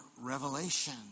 revelation